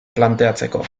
planteatzeko